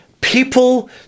people